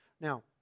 Now